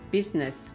Business